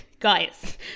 Guys